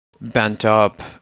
bent-up